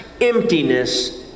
emptiness